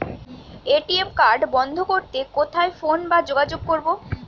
ATM card বন্ধ করতে কোথায় ফোন বা যোগাযোগ করব?